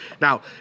Now